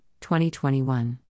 2021